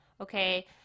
Okay